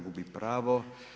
Gubi pravo.